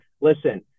listen